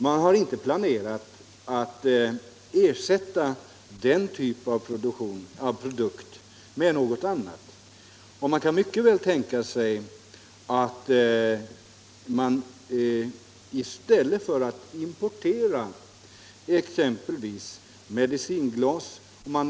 Man har inte planerat att ersätta den typen av produkter med något annat. Man skulle mycket väl kunna -— i stället för att vi nu importerar exempelvis medicinglas —- tillverka sådana här.